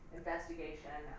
investigation